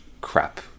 crap